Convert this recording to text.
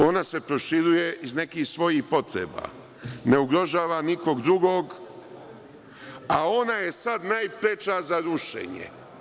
Ona se proširuje iz nekih svojih potreba, ne ugrožava nikog drugog, a ona je sada najpreča za rušenje.